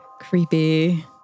Creepy